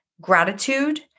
gratitude